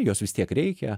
jos vis tiek reikia